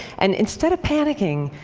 and instead of panicking,